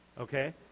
Okay